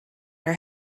our